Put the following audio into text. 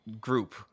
group